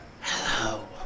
Hello